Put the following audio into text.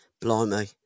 Blimey